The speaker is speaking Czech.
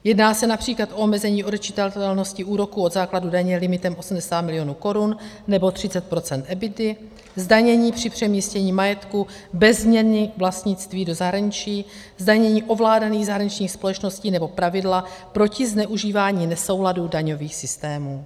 Jedná se například o omezení odečitatelnosti úroků od základu daně limitem 80 milionů korun, nebo 30 EBITy, zdanění při přemístění majetku bez změny vlastnictví do zahraničí, zdanění ovládaných zahraničních společností nebo pravidla proti zneužívání nesouladu daňových systémů.